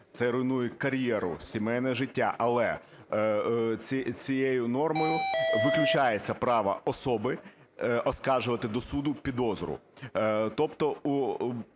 це руйнує кар'єру, сімейне життя. Але цією нормою виключається право особи оскаржувати до суду підозру.